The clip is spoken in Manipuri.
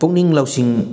ꯄꯨꯛꯅꯤꯡ ꯂꯧꯁꯤꯡ